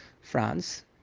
france